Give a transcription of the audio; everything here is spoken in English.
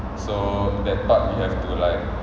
so that part we have to like